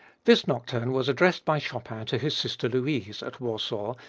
this nocturne was addressed by chopin to his sister louise, at warsaw,